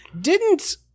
Didn't-